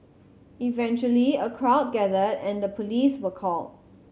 eventually a crowd gathered and the police were called